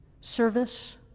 service